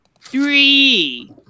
three